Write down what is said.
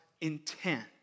intent